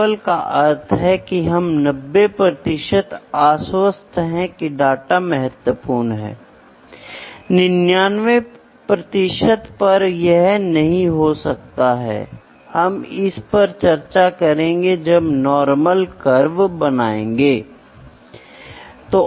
इसलिए अब तक हम केवल वेरिएशन और डायमेंशन के बारे में बात कर रहे थे लेकिन अब आप देखते हैं कि मैं टेंपरेचर वेरिएशंस कहने की भी कोशिश कर रहा हूं सात मूल वेरिएबल जो आप देख रहे हैं टेंपरेचर प्रेशर